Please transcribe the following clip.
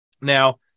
Now